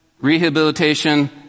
rehabilitation